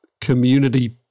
community